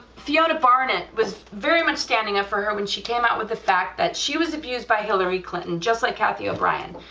fiona barnett was very much standing up for her when she came out with the fact that she was abused by hillary clinton just like cathy o'brien,